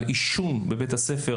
על אישום בבית-הספר,